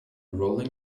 rolling